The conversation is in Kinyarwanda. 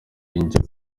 njya